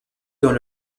dans